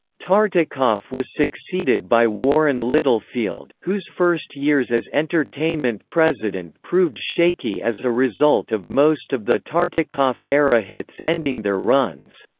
tartikoff was succeeded by warren littlefield, whose first years as entertainment president proved shaky as a result of most of the tartikoff-era hits ending their runs.